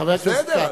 חברים, שאלה אחת.